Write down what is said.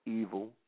evil